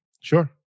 Sure